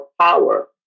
power